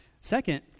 Second